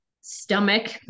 stomach